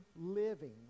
living